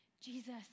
Jesus